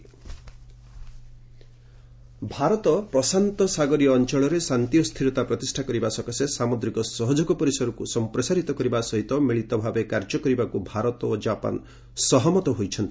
India Japan Bharat ପ୍ରଶାନ୍ତସାଗରୀୟ ଅଞ୍ଚଳରେ ଶାନ୍ତି ଓ ସ୍ଥିରତା ପ୍ରତିଷ୍ଠା କରିବା ସକାଶେ ସାମୁଦ୍ରିକ ସହଯୋଗ ପରିସରକୁ ପ୍ରସାରିତ କରିବା ସହିତ ମିଳିତ ଭାବେ କାର୍ଯ୍ୟ କରିବାକୁ ଭାରତ ଓ ଜାପାନ ସହମତ ହୋଇଛନ୍ତି